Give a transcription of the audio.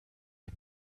dem